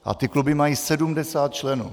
A ty kluby mají 70 členů.